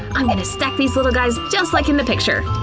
i'm gonna stack these little guys just like in the picture.